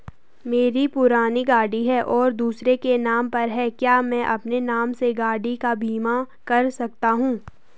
मेरी पुरानी गाड़ी है और दूसरे के नाम पर है क्या मैं अपने नाम से गाड़ी का बीमा कर सकता हूँ?